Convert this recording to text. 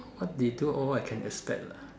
what they do all I can expect lah